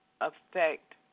affect